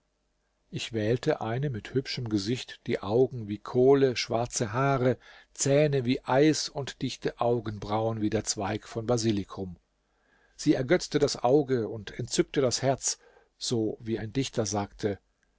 ich wählte eine mit hübschem gesicht die augen wie kohle schwarze haare zähne wie eis und dichte augenbrauen wie der zweig von basilikum sie ergötzte das auge und entzückte das herz so wie ein dichter sagte